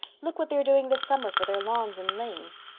look what they are doing this summer for their lawns and lanes.